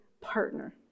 partner